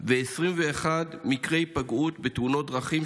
ו-21 מקרי היפגעות של ילדים בתאונות דרכים,